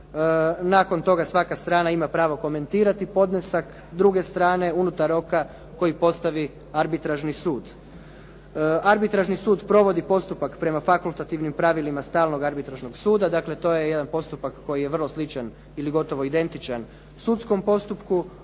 Nakon toga svaka strana ima pravo komentirati podnesak druge strane unutar roka koji postavi arbitražni sud. Arbitražni sud provodi postupak prema fakultativnim pravilima stalnog arbitražnog suda, dakle to je jedan postupak koji je vrlo sličan ili gotovo identičan sudskom postupku.